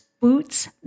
boots